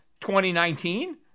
2019